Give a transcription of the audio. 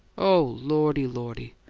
oh, lordy, lordy!